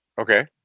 okay